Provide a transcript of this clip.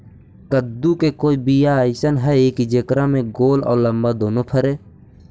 कददु के कोइ बियाह अइसन है कि जेकरा में गोल औ लमबा दोनो फरे?